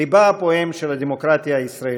לבה הפועם של הדמוקרטיה הישראלית.